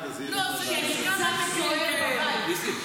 --- סוהר בבית.